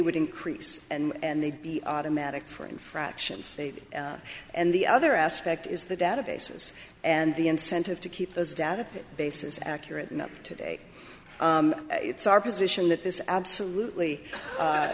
would increase and they'd be automatic for infractions they and the other aspect is the databases and the incentive to keep those data bases accurate and up today it's our position that this absolutely